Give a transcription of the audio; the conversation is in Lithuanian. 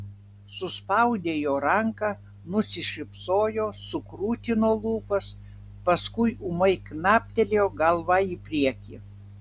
suspaudė jo ranką nusišypsojo sukrutino lūpas paskui ūmai knaptelėjo galva į priekį